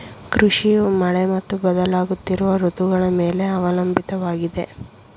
ಕೃಷಿಯು ಮಳೆ ಮತ್ತು ಬದಲಾಗುತ್ತಿರುವ ಋತುಗಳ ಮೇಲೆ ಅವಲಂಬಿತವಾಗಿದೆ